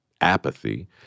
apathy